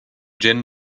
gin